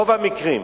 רוב המקרים.